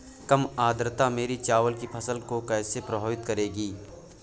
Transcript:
कम आर्द्रता मेरी चावल की फसल को कैसे प्रभावित करेगी?